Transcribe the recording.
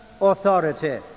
authority